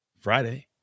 Friday